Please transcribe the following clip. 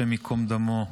השם ייקום דמו,